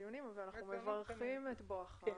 דיונים אבל אנחנו מברכים על בואך אלינו.